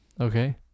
okay